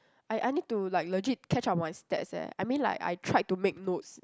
I I need to like legit catch up my stats eh I mean like I tried to make notes